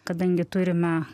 kadangi turime